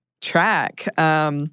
track